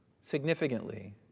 significantly